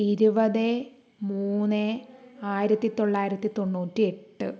ഇരുപത് മൂന്ന് ആയിരത്തിത്തൊള്ളായിരത്തി തൊണ്ണൂറ്റിയെട്ട്